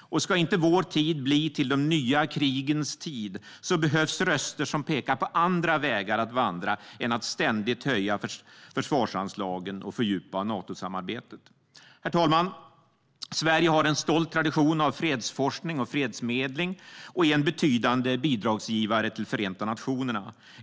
Om vår tid inte ska bli till de nya krigens tid behövs röster som pekar på andra vägar att vandra än att ständigt höja försvarsanslagen och fördjupa Natosamarbetet. Herr talman! Sverige har en stolt tradition av fredsforskning och fredsmedling och är en betydande bidragsgivare till Förenta nationerna.